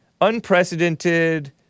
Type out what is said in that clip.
Unprecedented